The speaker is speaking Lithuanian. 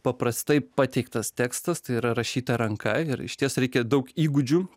paprastai pateiktas tekstas tai yra rašyta ranka ir išties reikia daug įgūdžių